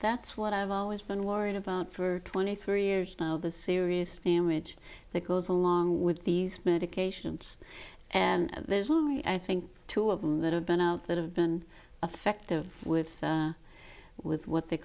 that's what i've always been worried about for twenty three years now the serious damage that goes along with these medications and there's only i think two of them that have been out that have been affective with with what they